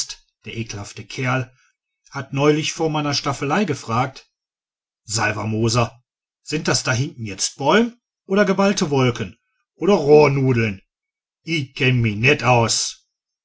der ekelhafte kerl hat neulich vor meiner staffelei gefragt salvermoser sind das da hinten jetzt bäum oder geballte wolken oder rohrnudeln i kenn mi net aus